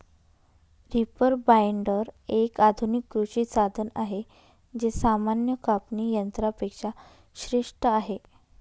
reaper binder, एक आधुनिक कृषी साधन आहे जे सामान्य कापणी यंत्रा पेक्षा श्रेष्ठ आहे